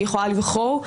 שהיא יכולה לבחור.